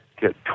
get